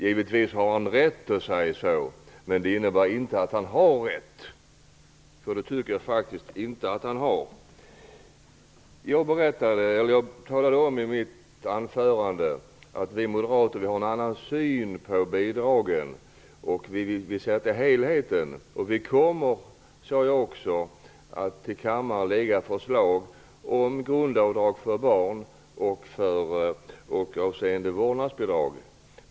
Givetvis har han rätt att säga så, men det innebär inte att han har rätt. Jag tycker faktiskt inte att han har det. Jag talade i mitt anförande om att vi moderater har en annan syn på bidragen och vill se till helheten. Jag sade också att vi till kammaren kommer att lägga fram förslag om grundavdrag för barn och om vårdnadsbidrag.